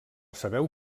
sabeu